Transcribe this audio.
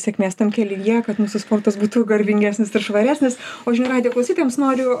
sėkmės tam kelyje kad mūsų sportas būtų garbingesnis ir švaresnis o žinių radijo klausytojams noriu